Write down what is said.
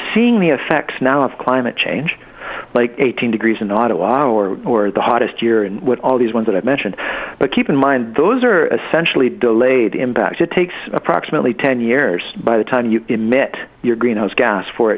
seeing the effects now of climate change like eighteen degrees in auto or or the hottest year and what all these ones that i mentioned but keep in mind those are essentially delayed impacts it takes approximately ten years by the time you emit your greenhouse gas for